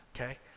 okay